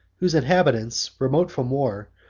whose inhabitants, remote from war,